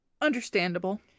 Understandable